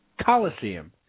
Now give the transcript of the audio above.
Coliseum